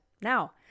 now